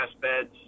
beds